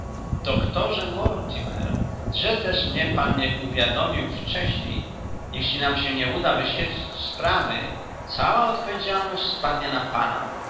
doktorze mortimer że też mnie pan nie uwiadomił wcześniej jeśli nam się nie uda wyświetlić sprawy cała odpowiedzialność spadnie na pana